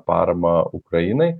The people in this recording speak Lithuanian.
paramą ukrainai